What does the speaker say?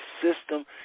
system